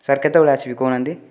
sir କେତେବେଳେ ଆସିବି କହୁନାହାନ୍ତି